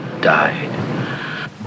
died